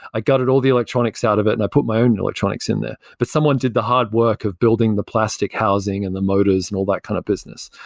i gutted all the electronics out of it and i put my own electronics in there. but someone did the hard work of building the plastic housing and the motors and all that kind of business.